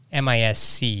MISC